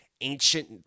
ancient